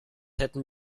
hätten